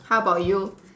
how about you